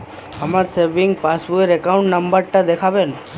আমার সেভিংস পাসবই র অ্যাকাউন্ট নাম্বার টা দেখাবেন?